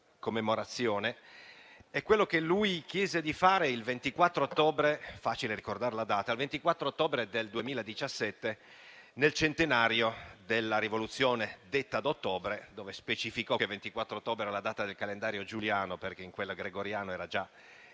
commemorazione, è quello che lui chiese di fare il 24 ottobre 2017 - facile ricordare la data - nel centenario della Rivoluzione detta di ottobre, dove specificò che il 24 ottobre era la data del calendario giuliano perché in quello gregoriano era già